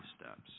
steps